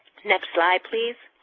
next slide please.